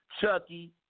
Chucky